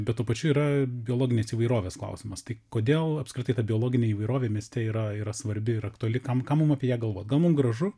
bet tuo pačiu yra biologinės įvairovės klausimas tai kodėl apskritai ta biologinė įvairovė mieste yra yra svarbi ir aktuali kam ką mum apie ją galvot gal mum gražu